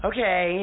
Okay